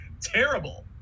terrible